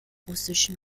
russischen